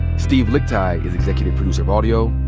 steve lickteig is executive producer of audio.